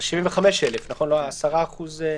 75,000 או 10%?